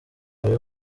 hari